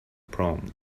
prompt